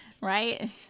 right